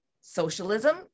socialism